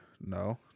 No